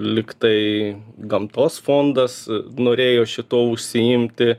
lyg tai gamtos fondas norėjo šituo užsiimti